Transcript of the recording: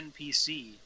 NPC